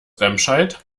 remscheid